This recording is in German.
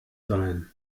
sein